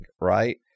right